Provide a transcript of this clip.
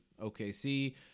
OKC